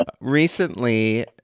recently